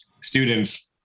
students